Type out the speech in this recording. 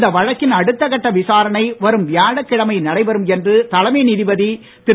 இந்த வழக்கின் அடுத்தகட்ட விசாரணை வரும் வியாழக்கிழமை நடைபெறும் என்று தலைமை நீதிபதி திரு